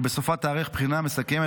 ובסופה תיערך בחינה מסכמת,